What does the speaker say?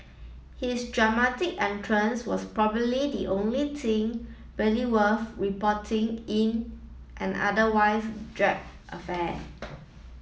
his dramatic entrance was probably the only thing really worth reporting in an otherwise drab affair